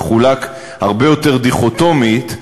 מחולק הרבה יותר דיכוטומית.